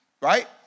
right